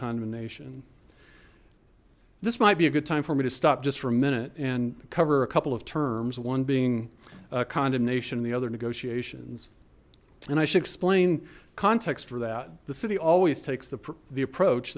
condemnation this might be a good time for me to stop just for a minute and cover a couple of terms one being condemnation and the other negotiations and i should explain context for that the city always takes the approach